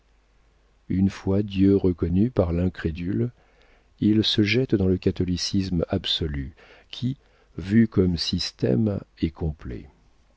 une fois dieu reconnu par l'incrédule il se jette dans le catholicisme absolu qui vu comme système est complet